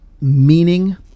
meaning